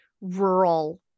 rural